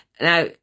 Now